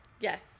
Yes